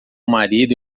marido